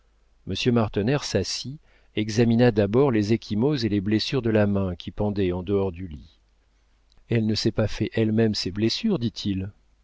monsieur martener s'assit examina d'abord les ecchymoses et les blessures de la main qui pendait en dehors du lit elle ne s'est pas fait elle-même ces blessures dit-il